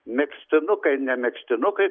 megztinukai ne megztinukai